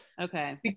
Okay